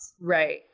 Right